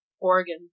Oregon